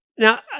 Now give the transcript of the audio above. Now